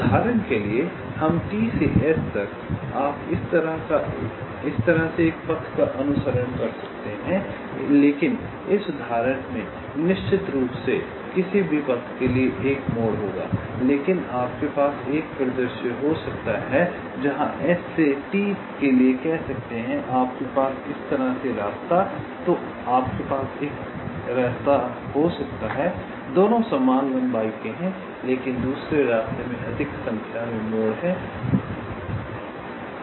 उदाहरण के लिए इस T से S तक आप इस तरह से एक पथ का अनुसरण कर सकते हैं लेकिन इस उदाहरण में निश्चित रूप से किसी भी पथ के लिए 1 मोड़ होगा लेकिन आपके पास एक परिदृश्य हो सकता है जहां S से T के लिए कह सकते हैं कि आपके पास इस तरह से रास्ता या तो आपके पास एक रास्ता हो सकता है दोनों समान लंबाई के हैं लेकिन दूसरे रास्ते में अधिक संख्या में मोड़ हैं